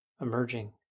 emerging